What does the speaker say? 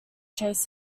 chase